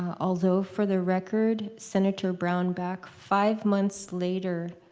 um although, for the record, senator brownback, five months later,